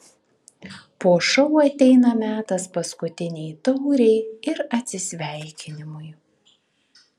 po šou ateina metas paskutinei taurei ir atsisveikinimui